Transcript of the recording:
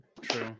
true